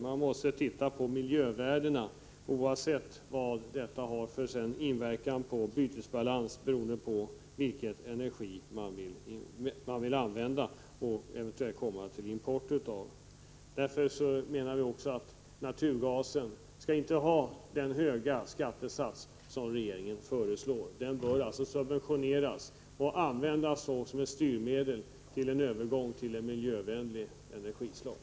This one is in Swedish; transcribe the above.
Man måste ta hänsyn till miljövärdena, oavsett vilken inverkan på bytesbalansen en eventuell import av ett miljövänligare energislag skulle få. Därför menar vi också att naturgasen inte skall ha den höga skattesats som regeringen föreslår. Naturgasen bör subventioneras. Skattelättnaden bör användas som ett styrmedel mot en övergång till ett miljövänligare energislag.